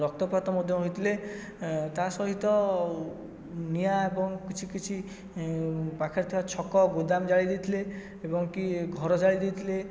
ରକ୍ତପାତ ମଧ୍ୟ ହୋଇଥିଲେ ତା ସହିତ ନିଆଁ ଏବଂ କିଛି କିଛି ପାଖରେ ଥିବା ଛକ ଗୋଦାମ ଜାଳି ଦେଇଥିଲେ ଏବଂ କି ଘର ଜାଳି ଦେଇଥିଲେ